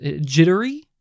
jittery